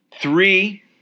Three